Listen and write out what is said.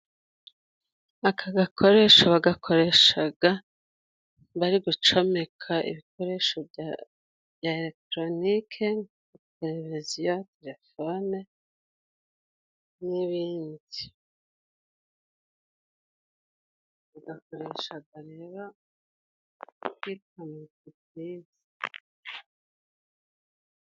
Aka gakoresho bagakoreshaga bari gucomeka ibikoresho bya elegitoronike, televisiyo, telefone n'ibindi. Bagakoreshaga rero hi....